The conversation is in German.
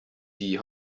die